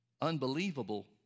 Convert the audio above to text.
Unbelievable